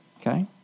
Okay